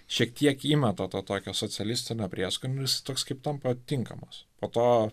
šiek tiek įmeta to tokio socialistinio prieskonių jis toks kaip tampa tinkamas po to